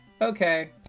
Okay